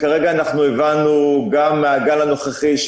כרגע הבנו גם מהגל הנוכחי,